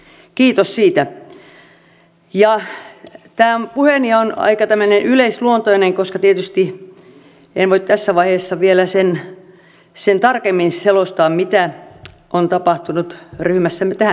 puheeni on aika yleisluontoinen koska tietenkään en voi tässä vaiheessa vielä tarkemmin selostaa mitä on tapahtunut ryhmässämme tähän mennessä